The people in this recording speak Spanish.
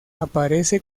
aparece